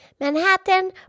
Manhattan